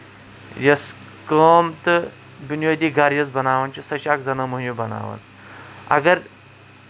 یۄس کٲم تہٕ بُنیٲدی گرٕ یۄس بَناوان چھِ سۄ چھِ اکھ زَنان موہنیو بَناوان اَگر